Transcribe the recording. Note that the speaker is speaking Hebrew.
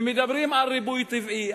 ומדברים על ריבוי טבעי.